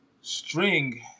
string